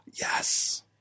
yes